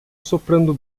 soprando